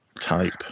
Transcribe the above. type